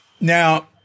Now